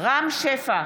רם שפע,